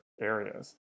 areas